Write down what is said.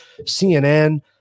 CNN